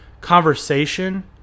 conversation